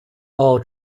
all